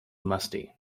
musty